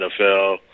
NFL